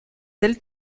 del